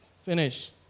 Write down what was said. Finish